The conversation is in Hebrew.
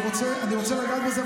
אני רוצה לגעת בזה,